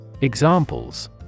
Examples